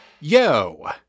Yo